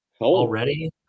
already